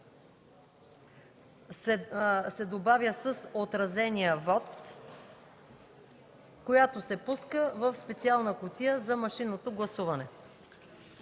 се добавя „с отразения вот, която се пуска в специална кутия за машинното гласуване.”